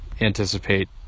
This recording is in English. anticipate